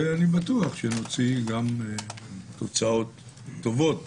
ואני בטוח שנוציא גם תוצאות טובות